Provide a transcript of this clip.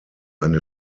eine